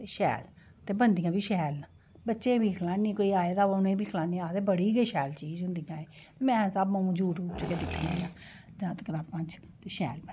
ते बनदियां न बी शैल न बच्चें गी बी खिलान्नी आं ते कोई आए दा बी होए तां उनै गी खिलानियां ते आखदे बड़ा गै शैल बने दा ऐ में सब यूटयूब चा गै दिक्खनी आं